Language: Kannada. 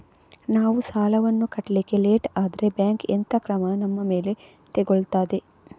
ನಾವು ಸಾಲ ವನ್ನು ಕಟ್ಲಿಕ್ಕೆ ಲೇಟ್ ಆದ್ರೆ ಬ್ಯಾಂಕ್ ಎಂತ ಕ್ರಮ ನಮ್ಮ ಮೇಲೆ ತೆಗೊಳ್ತಾದೆ?